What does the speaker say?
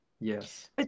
yes